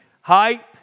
hype